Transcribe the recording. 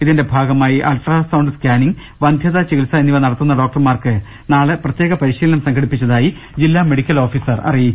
ഇതിന്റെ ഭാഗമായി ultrasound scanning വന്ധ്യതാ ചികിത്സ എന്നിവ നടത്തുന്ന ഡോക്ടർമാർക്ക് നാളെ പ്ര ത്യേക പരിശീലനം സംഘടിപ്പിച്ചിതായി ജില്ലാ മെഡിക്കൽ ഓഫീസർ അറി യിച്ചു